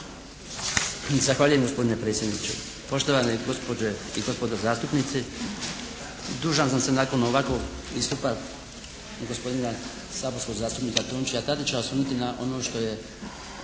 Zahvaljujem gospodine predsjedniče. Poštovane gospođe i gospodo zastupnici dužan sam se nakon ovakvog istupa gospodina saborskog zastupnika Tončija